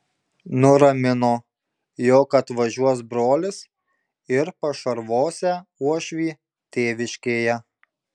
nuramino jog atvažiuos brolis ir pašarvosią uošvį tėviškėje